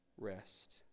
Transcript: Rest